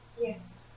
Yes